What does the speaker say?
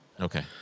Okay